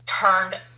turned